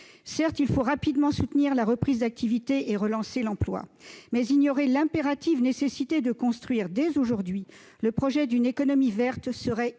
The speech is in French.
Certes, il faut rapidement soutenir la reprise d'activité et relancer l'emploi, mais ignorer l'impérative nécessité de construire, dès aujourd'hui, le projet d'une économie verte serait